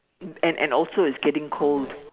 and and also it's getting cold